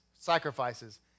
sacrifices